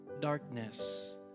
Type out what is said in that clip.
darkness